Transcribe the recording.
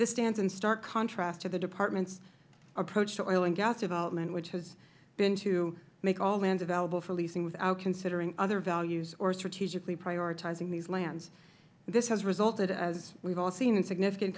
this stands in stark contrast to the department's approach to oil and gas development which has been to make all lands available for leasing without considering other values or strategically prioritizing these lands this has resulted as we have all seen in significant